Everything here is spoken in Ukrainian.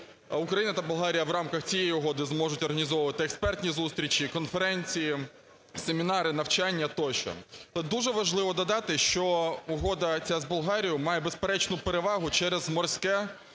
Україна та Болгарія в рамках цієї угоди зможуть організовувати експертні зустрічі, конференції, семінари, навчання тощо. Дуже важливо додати, що Угода ця з Болгарією має безперечну перевагу через морське